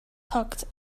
tugged